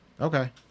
okay